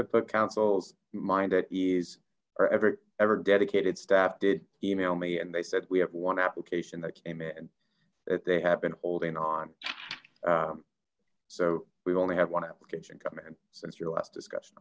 to put councils mind at ease or ever ever dedicated staff did email me and they said we have one application that came in that they have been holding on so we've only had one application come in since your last discussion